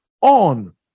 on